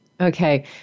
Okay